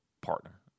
partner